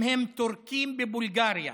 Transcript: אם הם טורקים בבולגריה